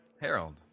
Harold